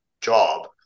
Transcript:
job